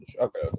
okay